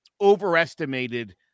overestimated